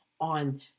on